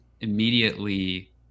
immediately